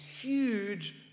huge